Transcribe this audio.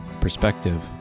perspective